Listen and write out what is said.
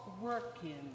working